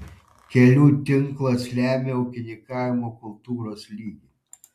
kelių tinklas lemia ūkininkavimo kultūros lygį